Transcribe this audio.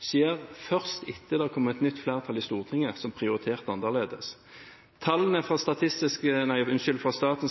skjer, skjer først etter at det har kommet et nytt flertall i Stortinget som prioriterer annerledes. Tallene fra Statens